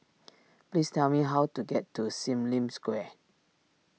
please tell me how to get to Sim Lim Square